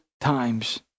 times